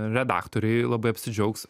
redaktoriai labai apsidžiaugs